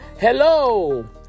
Hello